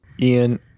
Ian